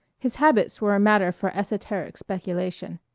his habits were a matter for esoteric speculation.